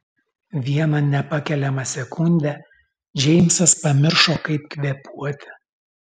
vieną nepakeliamą sekundę džeimsas pamiršo kaip kvėpuoti